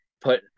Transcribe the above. put